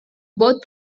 both